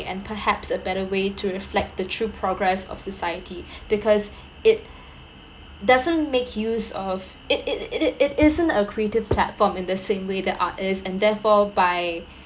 and perhaps a better way to reflect the true progress of society because it doesn't make use of it it it it it isn't a creative platform in the same way that are is and therefore by